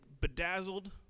bedazzled